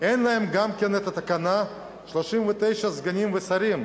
גם אין להם התקנה של 39 סגנים ושרים.